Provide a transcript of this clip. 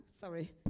Sorry